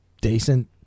decent